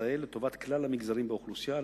ישראל לטובת כלל המגזרים באוכלוסייה,